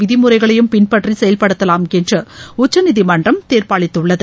விதிமுறைகளையும் பின்பற்றி செயல்படுத்தலாம் என்று உச்சநீதிமன்றம் தீர்ப்பளித்துள்ளது